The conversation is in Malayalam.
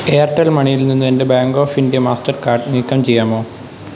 എയർടെൽ മണിയിൽ നിന്ന് എൻ്റെ ബാങ്ക് ഓഫ് ഇന്ത്യ മാസ്റ്റർകാർഡ് നീക്കം ചെയ്യാമോ